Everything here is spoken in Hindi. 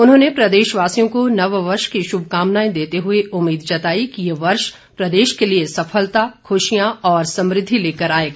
उन्होंने प्रदेश वासियों को नववर्ष की शुभकामनांए देते हुए उम्मीद जताई कि ये वर्ष प्रदेश के लिए सफलता खुशियां और समृद्धि लेकर आएगा